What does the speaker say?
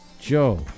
Joe